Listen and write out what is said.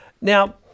Now